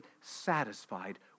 satisfied